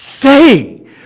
say